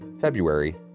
February